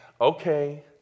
okay